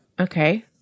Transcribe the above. Okay